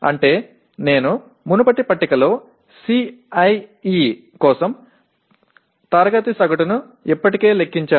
అంటే నేను మునుపటి పట్టికలో CIE కోసం తరగతి సగటును ఇప్పటికే లెక్కించాను